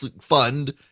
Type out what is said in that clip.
fund